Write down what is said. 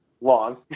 long